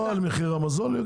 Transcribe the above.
לא על מחיר המזון.